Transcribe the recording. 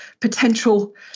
potential